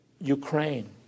Ukraine